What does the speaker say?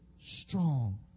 strong